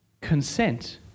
Consent